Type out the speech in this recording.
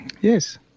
Yes